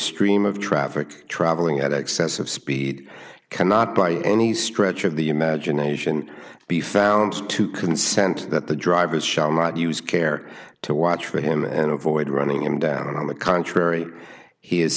stream of traffic travelling at excessive speed cannot by any stretch of the imagination be found to consent that the driver's shall not use care to watch for him and avoid running him down on the contrary he is